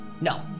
No